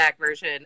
version